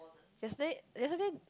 yesterday yesterday